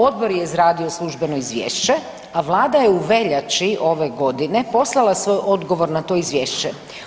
Odbor je izradio službeno izvješće a Vlada je u veljači ove godine poslala svoj odgovor na to Izvješće.